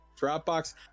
dropbox